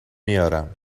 میارم